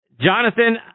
Jonathan